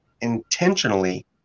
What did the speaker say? intentionally